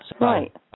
Right